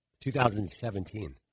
2017